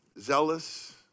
Zealous